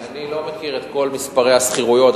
אני לא מכיר את כל מספרי השכירויות.